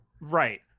Right